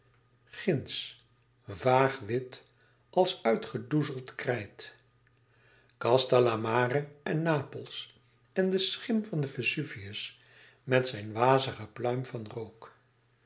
ginds vaag wit als uitgedoezeld krijt castellamare en napels en de schim van den vezuvius met zijn wazige pluim van rook